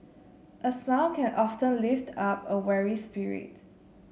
a smile can often lift up a weary spirit